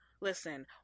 listen